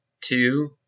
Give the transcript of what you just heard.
Two